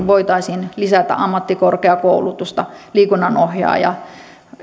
voitaisiin lisätä ammattikorkeakoulutusta liikunnanohjaajakoulutuksen